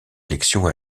élection